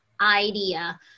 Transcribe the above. idea